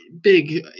big